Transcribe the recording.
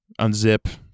unzip